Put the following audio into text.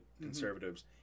conservatives